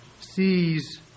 sees